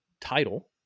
title